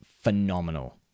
phenomenal